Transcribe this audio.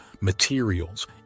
materials